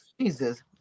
jesus